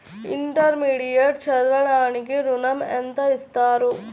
Intermediate చదవడానికి ఋణం ఎంత ఇస్తారు?